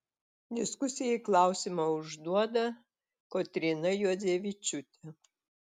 diskusijai klausimą užduoda kotryna juodzevičiūtė